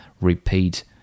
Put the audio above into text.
repeat